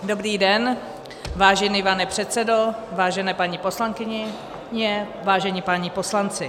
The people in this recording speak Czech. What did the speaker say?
Dobrý den, vážený pane předsedo, vážené paní poslankyně, vážení páni poslanci.